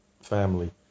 family